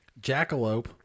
Jackalope